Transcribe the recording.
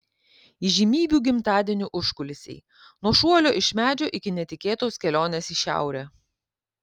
įžymybių gimtadienių užkulisiai nuo šuolio iš medžio iki netikėtos kelionės į šiaurę